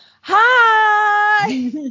Hi